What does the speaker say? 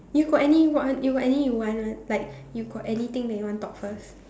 you got any want you got any you want want like you got anything that you want talk first